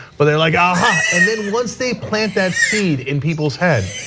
but they're like, aha. and then once they plant that seed in people's head,